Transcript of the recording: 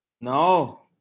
No